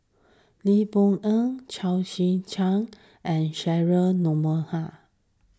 Lee Boon Ngan Chao Tzee Cheng and Cheryl Noronha